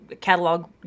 catalog